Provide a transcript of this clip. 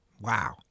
Wow